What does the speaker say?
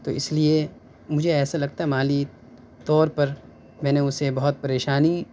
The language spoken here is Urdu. تو اِس لیے مجھے ایسا لگتا مالی طور پر میں نے اُسے بہت پریشانی